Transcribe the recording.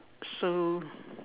so